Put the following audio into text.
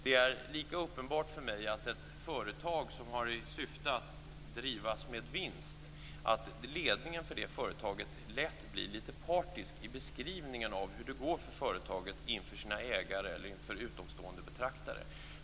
Det är uppenbart för mig att ledningen för ett företag som har till syfte att drivas med vinst lätt blir litet partisk inför ägarna eller utomstående betraktare i beskrivningen av hur det går för företaget.